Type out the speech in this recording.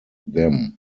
them